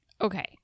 Okay